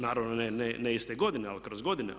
Naravno ne iste godine, ali kroz godine.